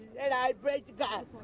and i break that!